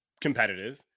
competitive